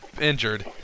injured